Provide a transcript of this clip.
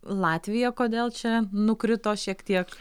latvija kodėl čia nukrito šiek tiek